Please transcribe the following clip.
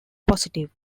positive